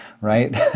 Right